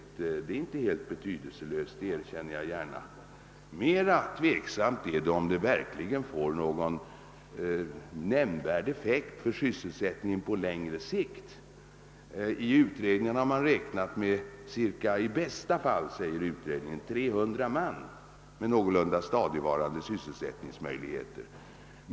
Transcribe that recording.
Det är inte helt betydelselöst — det erkänner jag gärna. Mera tveksamt är det om detta verkligen får någon nämnvärd effekt för sysselsättningen på längre sikt. I utredningen har räknats med i bästa fall stadigvarande «sysselsättningsmöjligheter för 300 man.